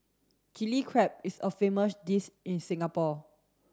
Chilli Crab is a famous dish in Singapore